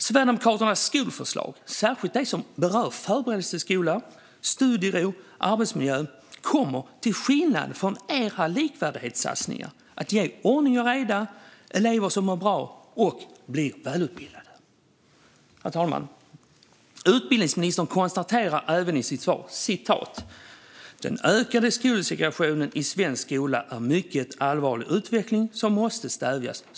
Sverigedemokraternas skolförslag, särskilt de som berör förberedelseskola, studiero och arbetsmiljö, kommer, till skillnad från era likvärdighetssatsningar, att ge ordning och reda och elever som mår bra och blir välutbildade. Herr talman! Utbildningsministern konstaterade i sitt svar att "den ökade skolsegregationen i svensk skola är en mycket allvarlig utveckling som måste stävjas".